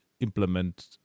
implement